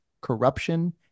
corruption